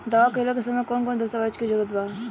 दावा कईला के समय कौन कौन दस्तावेज़ के जरूरत बा?